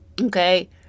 Okay